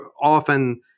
often